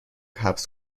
حبس